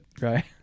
Right